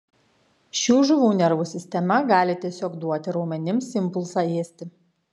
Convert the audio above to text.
šių žuvų nervų sistema gali tiesiog duoti raumenims impulsą ėsti